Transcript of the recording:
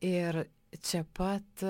ir čia pat